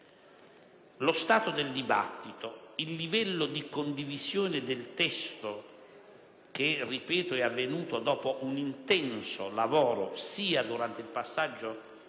Lo stato del dibattito, il livello di condivisione del testo - che è frutto, lo ripeto, di un intenso lavoro sia durante il passaggio